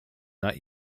not